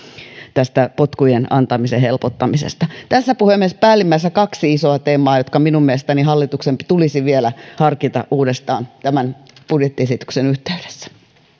potkujen antamisen helpottamisesta tässä puhemies päällimmäisenä kaksi isoa teema jotka minun mielestäni hallituksen tulisi vielä harkita uudestaan tämän budjettiesityksen yhteydessä